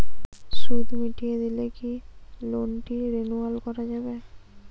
সুদ মিটিয়ে দিলে কি লোনটি রেনুয়াল করাযাবে?